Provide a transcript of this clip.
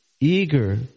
eager